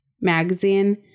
magazine